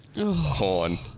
horn